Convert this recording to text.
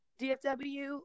dfw